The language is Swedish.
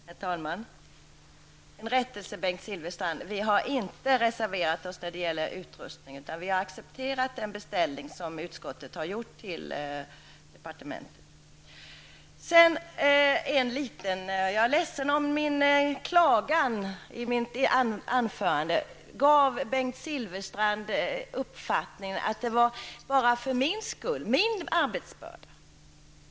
Herr talman! En rättelse, Bengt Silfverstrand: Vi har inte reserverat oss när det gäller utrustningen, utan vi har accepterat den beställning som utskottet gjort till regeringen. Jag är ledsen om min klagan i mitt anförande gav Bengt Silfverstrand uppfattningen att det bara var min arbetsbörda jag talade om.